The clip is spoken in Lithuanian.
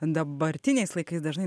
dabartiniais laikais dažnai